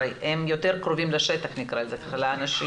הרי הם יותר קרובים לשטח, לאנשים.